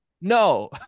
No